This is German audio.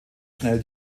schnell